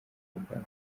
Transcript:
bwacu